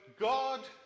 God